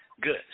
Good